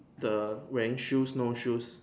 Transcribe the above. the wearing shoes no shoes